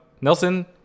Nelson